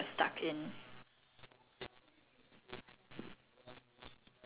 stories ah okay tell us about an awkward situation you were stuck in